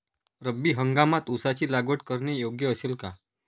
रब्बी हंगामात ऊसाची लागवड करणे योग्य असेल का?